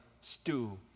stew